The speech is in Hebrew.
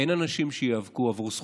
אין אנשים שייאבקו עבור זכותם.